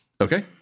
Okay